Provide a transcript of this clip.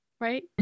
right